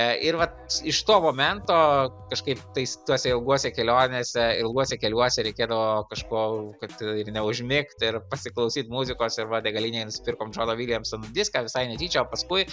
e ir vat iš to momento kažkaip tais tuose ilguose kelionėse ilguose keliuose reikėdavo kažkuo kad ir neužmigt ir pasiklausyt muzikos ir va degalinėj nusipirkom džono viljamson diską visai netyčia o paskui